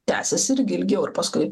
tęsiasi irgi ilgiau ir paskui